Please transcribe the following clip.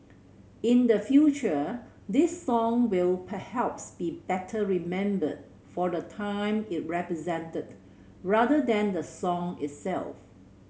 in the future this song will perhaps be better remembered for the time it represented rather than the song itself